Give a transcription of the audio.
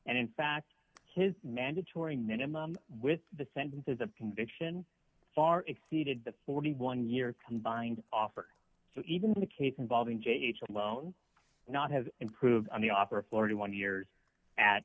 and in fact his mandatory minimum with the sentences of conviction far exceeded the forty one year combined offer so even the case involving j h alone not have improved on the offer of florida one years at